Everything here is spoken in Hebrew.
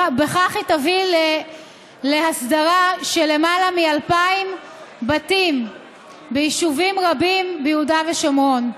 שתביא להסדרה של למעלה מ-2,000 בתים ביישובים רבים ביהודה ושומרון.